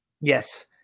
yes